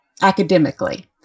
academically